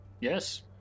Yes